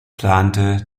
plante